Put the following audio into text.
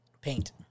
Paint